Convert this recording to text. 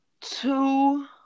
two